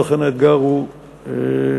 ולכן האתגר הוא קשה.